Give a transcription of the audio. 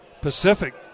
Pacific